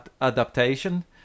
adaptation